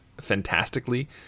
fantastically